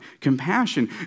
compassion